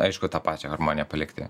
aišku tą pačią harmoniją palikti